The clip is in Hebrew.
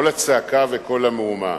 כל הצעקה וכל המהומה.